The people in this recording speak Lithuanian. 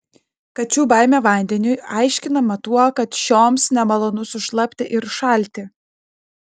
kačių baimė vandeniui aiškinama tuo kad šioms nemalonu sušlapti ir šalti